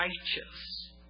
righteous